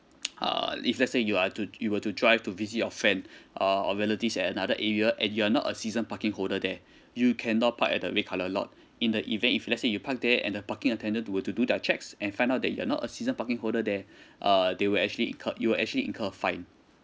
uh if let's say you are to you were to drive to visit your friend uh or relatives at another area and you're not a season parking holder there you cannot park at the red colour lot in the event if let's say you park there and the parking attendant to to do their checks and find out that you're not a season parking holder there uh they were actually incur you actually incur a fine